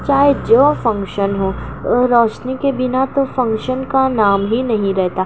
چاہے جو فنکشن ہوں روشنی کے بنا تو فنکشن کا نام ہی نہیں رہتا